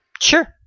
sure